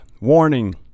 Warning